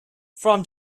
from